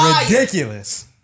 ridiculous